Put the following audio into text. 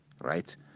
right